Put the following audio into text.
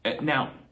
Now